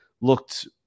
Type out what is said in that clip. looked